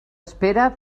espera